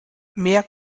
mehr